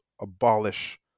abolish